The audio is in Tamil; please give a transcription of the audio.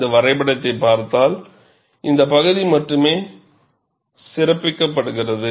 இந்த வரைபடத்தைப் பார்த்தால் இந்த பகுதி மட்டுமே சிறப்பிக்கப்படுகிறது